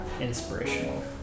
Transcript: inspirational